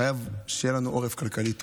חייב להיות לנו עורף כלכלי טוב.